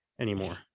anymore